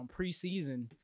preseason